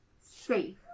safe